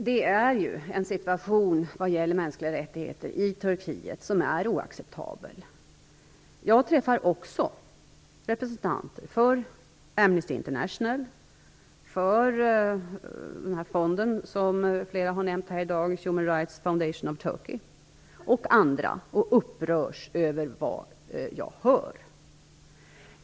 Fru talman! Situationen när det gäller mänskliga rättigheter i Turkiet är oacceptabel. Också jag träffar representanter för Amnesty International och för den fond som har nämnts här i dag, Human Rights Foundation of Turkey. Också jag upprörs av vad jag hör.